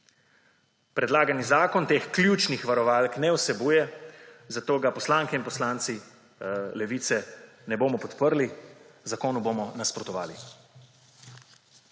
Predlagani zakon teh ključnih varovalk ne vsebuje, zato ga poslanke in poslanci Levice ne bomo podprli. Zakonu bomo nasprotovali.